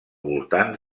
voltants